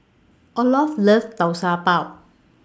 Olof loves Tau Pau